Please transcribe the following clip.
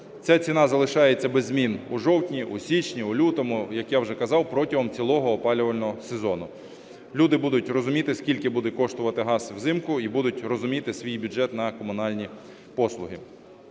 Ця ціна залишається без змін у жовтні, у січні, у лютому, як я вже казав, протягом цілого опалювального сезону. Люди будуть розуміти, скільки буде коштувати газ взимку і будуть розуміти свій бюджет на комунальні послуги.